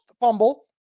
fumble